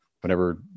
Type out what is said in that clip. whenever